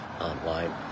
online